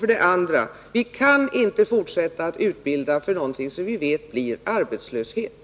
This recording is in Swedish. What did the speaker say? För det andra: Vi kan inte fortsätta att utbilda för någonting som vi vet betyder arbetslöshet.